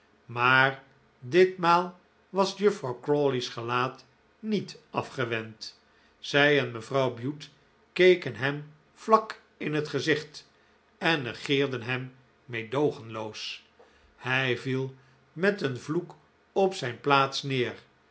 maar ditmaal was juffrouw crawley's gelaat niet afgewend zij en mevrouw bute keken hem vlak in het gezicht en negeerden hem meedoogenloos hij viel met een vloek op zijn plaats neer